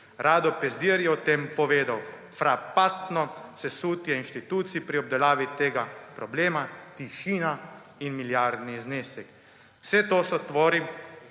Rado Pezdir je o tem povedal: »Frapantno sesutje institucij pri obdelavi tega problema, tišina in milijardni znesek. Vse to tvori